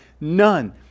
None